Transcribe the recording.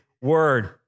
word